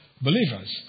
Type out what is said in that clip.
believers